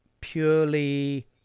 purely